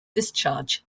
discharge